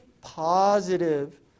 positive